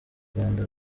rwanda